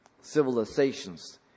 civilizations